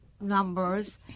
numbers